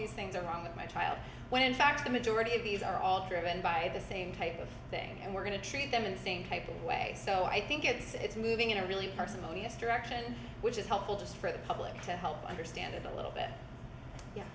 these things are wrong with my child when in fact the majority of these are all driven by the same type of thing and we're going to treat them in the same way so i think it's moving in a really parsimonious direction which is helpful to the public to help understand it a little bit